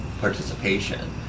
participation